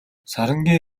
сарангийн